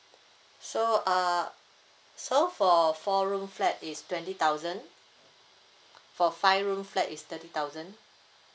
so uh so for four room flat is twenty thousand for five room flat is thirty thousand